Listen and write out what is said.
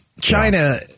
China